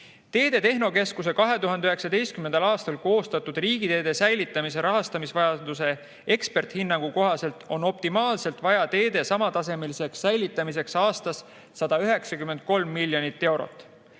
Teede Tehnokeskuse 2019. aastal koostatud riigiteede säilitamise rahastamisvajaduse eksperthinnangu kohaselt on optimaalselt teede taseme säilitamiseks aastas vaja 193 miljonit eurot.